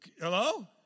Hello